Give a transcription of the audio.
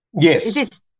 Yes